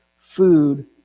food